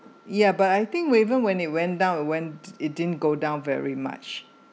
ya but I think whenever when it went down when it didn't go down very much